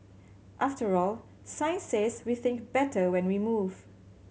after all science says we think better when we move